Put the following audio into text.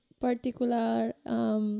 particular